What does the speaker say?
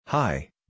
Hi